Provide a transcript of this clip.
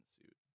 suit